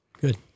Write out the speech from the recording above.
Good